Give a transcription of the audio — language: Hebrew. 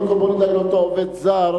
אבל קודם כול בוא נדאג שאותו עובד זר,